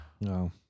No